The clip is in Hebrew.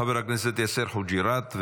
חבר הכנסת יאסר חוג'יראת,